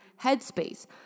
headspace